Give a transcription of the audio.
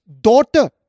daughter